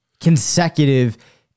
consecutive